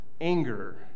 anger